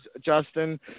Justin